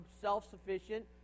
self-sufficient